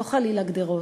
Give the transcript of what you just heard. לא חלילה גדרות.